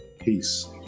peace